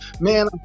man